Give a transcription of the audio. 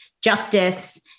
justice